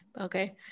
Okay